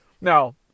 Now